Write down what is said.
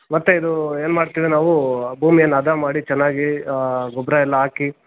ಮತ್ತೆ ಇದು ಏನು ಮಾಡ್ತೀವಿ ನಾವು ಭೂಮಿಯನ್ನು ಹದ ಮಾಡಿ ಚೆನ್ನಾಗಿ ಗೊಬ್ರ ಎಲ್ಲ ಹಾಕಿ